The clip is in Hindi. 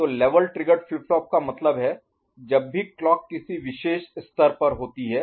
तो लेवल ट्रिगर्ड फ्लिप फ्लॉप का मतलब है जब भी क्लॉक किसी विशेष स्तर पर होती है